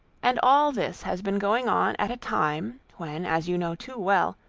and all this has been going on at a time, when, as you know too well,